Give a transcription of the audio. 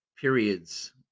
periods